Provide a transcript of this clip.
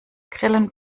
grillen